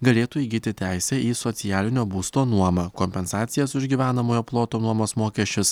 galėtų įgyti teisę į socialinio būsto nuomą kompensacijas už gyvenamojo ploto nuomos mokesčius